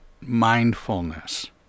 mindfulness